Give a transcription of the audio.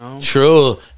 True